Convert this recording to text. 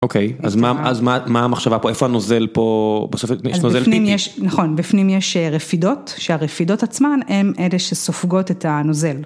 אוקיי, אז מה המחשבה פה, איפה הנוזל פה? בסוף נוזל פיפי. נכון, בפנים יש רפידות, שהרפידות עצמן הם אלה שסופגות את הנוזל.